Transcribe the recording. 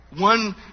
One